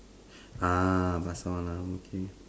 ah pasar malam okay